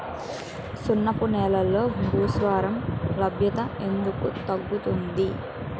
సున్నపు నేలల్లో భాస్వరం లభ్యత ఎందుకు తగ్గుతుంది?